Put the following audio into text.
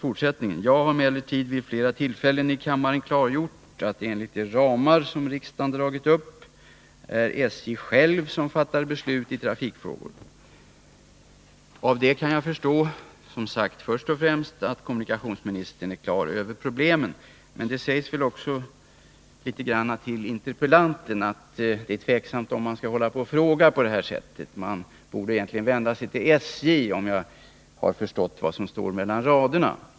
Jag har emellertid vid flera tillfällen i kammaren klargjort att det enligt de ramar som riksdagen dragit upp är SJ självt som fattar beslut i trafikfrågor.” Av det kan jag först och främst förstå att kommunikationsministern är på det klara med problemen. Men det sägs väl också i svaret att det är tveksamt om man skall hålla på och fråga på det här sättet. Man borde egentligen vända sig till SJ, om jag har förstått vad som står mellan raderna.